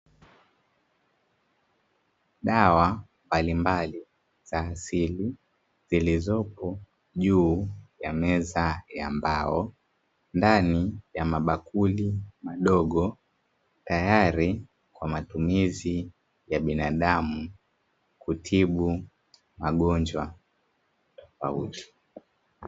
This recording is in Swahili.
Dawa mbalimbali za asili zilizopo juu ya meza ya mbao ndani ya mabakuli madogo, tayari kwa matumizi ya binadamu kutibu magonjwa tofauti.